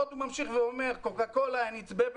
הוא ממשיך ואומר: Coca-Cola and it's beverage